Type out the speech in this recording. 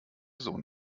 sohn